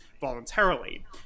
voluntarily